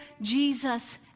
jesus